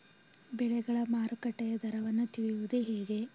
ಬೆಳೆಗಳ ಮಾರುಕಟ್ಟೆಯ ದರವನ್ನು ತಿಳಿಯುವುದು ಹೇಗೆ?